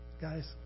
Guys